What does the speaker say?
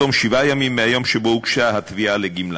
בתום שבעה ימים מהיום שבו הוגשה התביעה לגמלה.